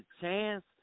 chance